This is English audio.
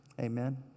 Amen